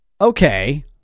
okay